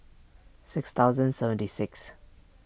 six thousand seventy six